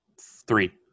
Three